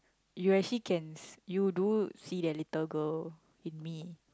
you actually can you do see that little girl in me